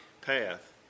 path